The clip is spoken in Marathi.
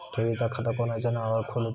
ठेवीचा खाता कोणाच्या नावार खोलूचा?